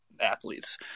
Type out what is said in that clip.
athletes